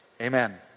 amen